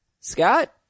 Scott